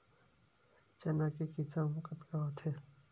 चना के किसम कतका होथे?